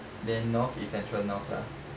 then north is central north lah